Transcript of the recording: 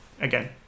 again